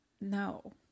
no